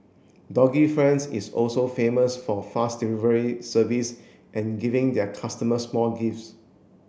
doggy friends is also famous for fast delivery service and giving their customers small gifts